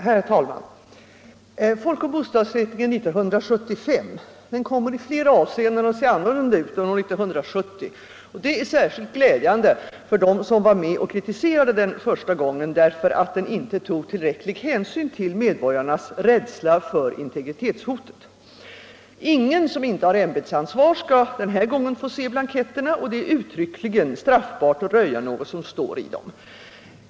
Herr talman! Folkoch bostadsräkningen 1975 kommer i flera avseenden att se annorlunda ut än 1970 års, och det är särskilt glädjande för dem som var med och kritiserade den förra gången därför att den inte tog tillräcklig hänsyn till medborgarnas rädsla för integritetshotet. Ingen som inte har ämbetsansvar skall den här gången få se blanketterna, och det är uttryckligen straffbart att röja något som står i dem.